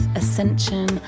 ascension